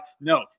no